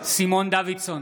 סימון דוידסון,